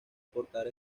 portar